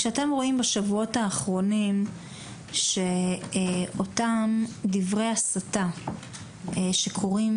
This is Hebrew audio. כשאתם רואים בשבועות האחרונים שאותם דברי הסתה שקורים,